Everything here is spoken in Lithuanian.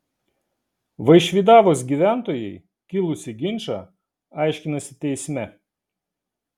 vaišvydavos gyventojai kilusį ginčą aiškinasi teisme